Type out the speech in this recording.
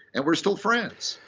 and we're still friends.